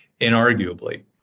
inarguably